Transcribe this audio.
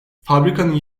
fabrikanın